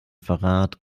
verrat